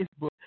Facebook